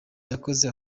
yakoze